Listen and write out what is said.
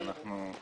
תעירו.